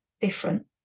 different